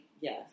Yes